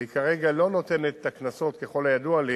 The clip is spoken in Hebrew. והיא כרגע לא נותנת את הקנסות, ככל הידוע לי,